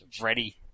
ready